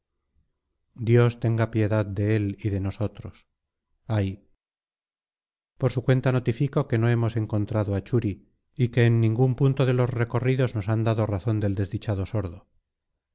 dios tenga piedad de él y de nosotros ay por su cuenta notifico que no hemos encontrado a churi y que en ningún punto de los recorridos nos han dado razón del desdichado sordo